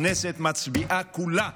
הכנסת מצביעה כולה,